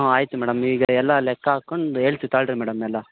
ಹಾಂ ಆಯಿತು ಮೇಡಮ್ ಈಗ ಎಲ್ಲ ಲೆಕ್ಕ ಹಾಕ್ಕೊಂಡು ಹೇಳ್ತೀವಿ ತಾಳಿರಿ ಮೇಡಮ್ ಎಲ್ಲ